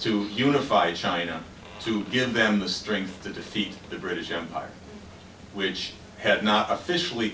to unify china to give them the strength to defeat the british empire which had not officially